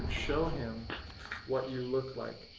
show him what you look like.